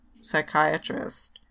psychiatrist